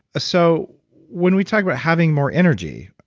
so when we talk about having more energy,